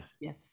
yes